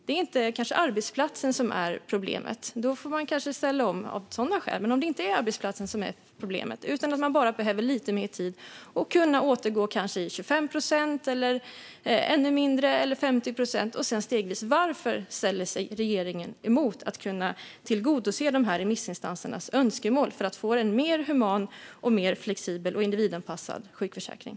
Det är kanske inte arbetsplatsen som är problemet. Då får man ställa om av sådana skäl. Men om det inte är arbetsplatsen som är problemet kanske det bara handlar om att man behöver lite mer tid och kan återgå till 50 procent, 25 procent eller ännu mindre och sedan stegvis öka. Varför sätter sig regeringen emot att tillgodose remissinstansernas önskemål för att kunna få en mer human, flexibel och individanpassad sjukförsäkring?